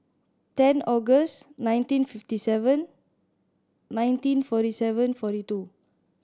ten August nineteen fifty seven nineteen forty seven forty two